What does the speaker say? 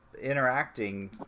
interacting